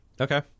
Okay